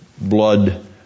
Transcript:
blood